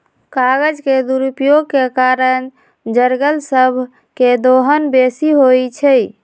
कागज के दुरुपयोग के कारण जङगल सभ के दोहन बेशी होइ छइ